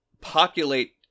populate